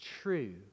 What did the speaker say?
true